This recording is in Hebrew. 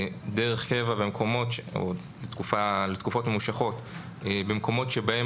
או המצלמות אנחנו מציבים דרך קבע או לתקופות ממושכות במקומות בהם